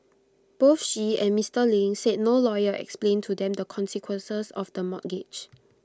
both she and Mister Ling said no lawyer explained to them the consequences of the mortgage